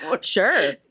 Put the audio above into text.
Sure